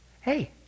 Hey